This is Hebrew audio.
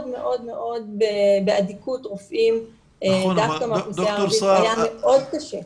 מאוד מאוד באדיקות רופאים דווקא מהאוכלוסייה הערבית וזה היה מאוד קשה.